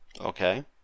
Okay